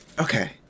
Okay